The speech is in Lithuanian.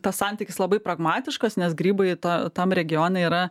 tas santykis labai pragmatiškas nes grybai tą tam regione yra